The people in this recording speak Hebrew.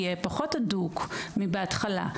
יהיה פחות הדוק מאשר בהתחלה.